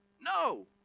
No